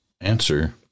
answer